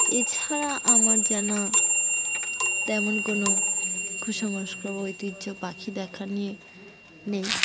এছাড়া আমার জানা তেমন কোনো কুসংস্কার বা ঐতিহ্য পাখি দেখা নিয়ে নেই